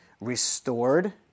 restored